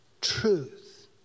truth